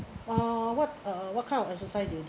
uh what uh what kind of exercise do you